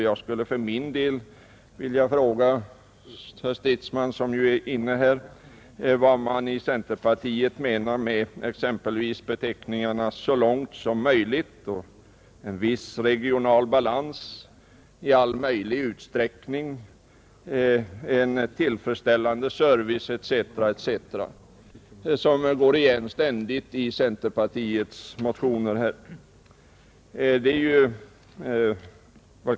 Jag skulle för min del vilja fråga herr Stridsman, som ju är inne i kammaren, vad man i centerpartiet menar med uttrycken ”så långt som möjligt”, ”en viss regional balans”, ”i all möjlig utsträckning”, ”en tillfredsställande service” etc. etc. De går ständigt igen i centerpartiets motioner här.